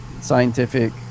scientific